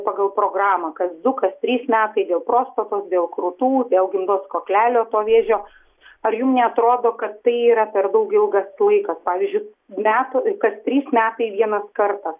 pagal programą kas du kas trys metai dėl prostatos dėl krūtų dėl gimdos kaklelio to vėžio ar jum neatrodo kad tai yra per daug ilgas laikas pavyzdžiui metų kas trys metai vienas kartas